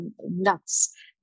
nuts